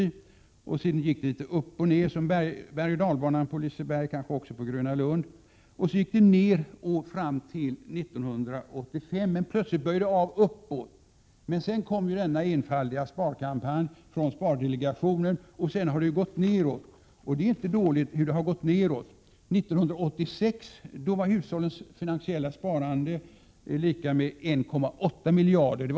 Därefter gick sparandet upp och ned som bergoch Prot. 1987/88:114 dalbanan på Liseberg och kanske också på Gröna Lund. Efter år 1985 gick kurvan på nytt uppåt. Men efter den enfaldiga kampanjen från spardelegationen har sparandet minskat ordentligt. År 1986 var hushållens finansiella sparande lika med plus 1,8 miljarder kronor.